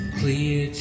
clear